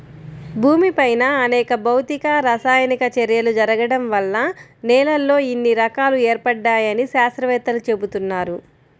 భూమిపైన అనేక భౌతిక, రసాయనిక చర్యలు జరగడం వల్ల నేలల్లో ఇన్ని రకాలు ఏర్పడ్డాయని శాత్రవేత్తలు చెబుతున్నారు